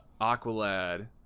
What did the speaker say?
Aqualad